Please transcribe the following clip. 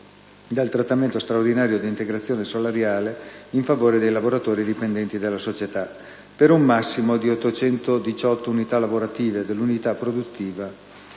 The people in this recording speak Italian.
del trattamento straordinario d'integrazione salariale in favore dei lavoratori dipendenti della società per un massimo di 818 unità lavorative dell'unità produttiva